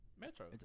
Metro